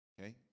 Okay